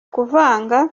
kuvanga